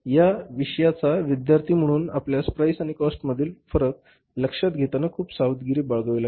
या विषयाचा विद्यार्थी म्हणून आपल्याला प्राईस आणि कॉस्ट यांच्यातील फरक लक्षात घेताना खूप सावधगिरी बाळगावी लागेल